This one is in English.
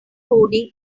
coding